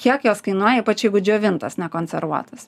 kiek jos kainuoja ypač jeigu džiovintos nekonservuotos